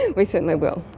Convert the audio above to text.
and we certainly will.